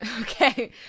Okay